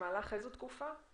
במהלך איזו תקופה?